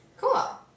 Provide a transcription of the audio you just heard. Cool